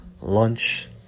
lunch